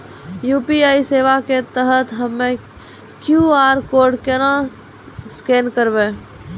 UPI सेवा के तहत हम्मय क्यू.आर कोड केना स्कैन करबै?